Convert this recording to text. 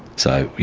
so, you